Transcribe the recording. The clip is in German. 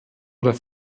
oder